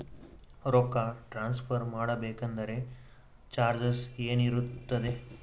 ರೊಕ್ಕ ಟ್ರಾನ್ಸ್ಫರ್ ಮಾಡಬೇಕೆಂದರೆ ಚಾರ್ಜಸ್ ಏನೇನಿರುತ್ತದೆ?